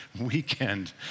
weekend